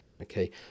Okay